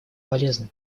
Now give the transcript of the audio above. полезно